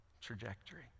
trajectory